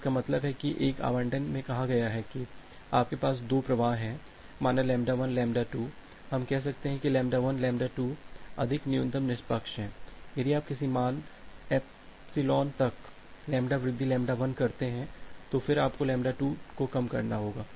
तो इसका मतलब है एक आबंटन में कहा गया है कि आपके पास 2 प्रवाह हैं माना λ1 λ2 हम कह सकते हैं कि यह λ1 λ2 अधिकतम न्यूनतम निष्पक्ष है यदि आप किसी मान एप्सिलॉन तक λ वृद्धि λ1 करते तो फिर आपको λ2 को कम करना होगा